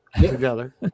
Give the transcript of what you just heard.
together